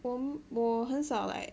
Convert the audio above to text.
um 我很少 like